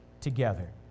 together